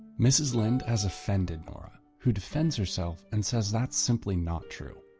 mrs linde has offended nora, who defends herself and says that's simply not true.